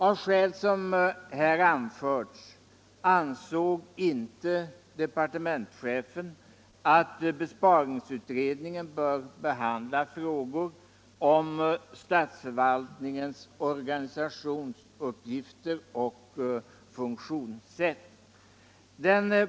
Av skäl som här anförts ansåg inte departementschefen att besparingsutredningen bör behandla frågor om statsförvaltningens organisation, uppgifter och funktionssätt.